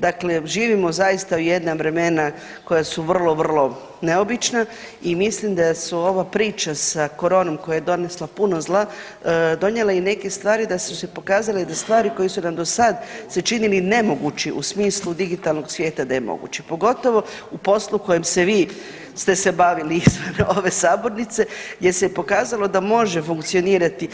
Dakle, živimo zaista u jedna vremena koja su vrlo, vrlo neobična i mislim da su ova priča sa koronom koja je donesla puno zla donijela i neke stvari su se pokazale da stvari koje su nam do sad se činili nemogući u smislu digitalnog svijeta da je moguće, pogotovo u poslu kojim ste se vi bavili izvan ove sabornice gdje se je pokazalo da može funkcionirati